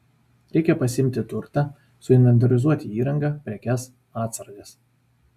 reikia pasiimti turtą suinventorizuoti įrangą prekes atsargas